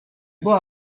była